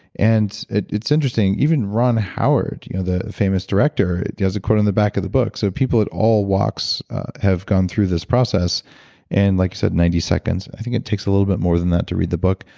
and it's interesting, even ron howard, you know the famous director, it has a quote on the back of the book. so people at all walks have gone through this process and like i said, ninety seconds, i think it takes a little bit more than that to read the book.